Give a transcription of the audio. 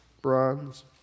bronze